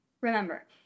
Remember